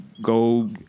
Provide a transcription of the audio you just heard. go